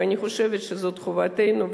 ואני חושבת שזאת חובתנו,